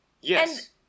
Yes